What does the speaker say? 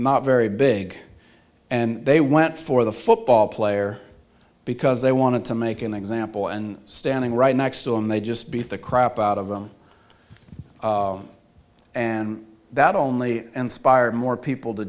is very big and they went for the football player because they wanted to make an example and standing right next to him they just beat the crap out of them and that only inspired more people to